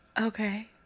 Okay